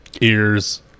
Ears